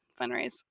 Fundraise